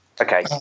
Okay